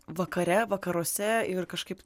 vakare vakaruose ir kažkaip